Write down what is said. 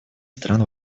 стран